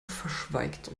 verschweigt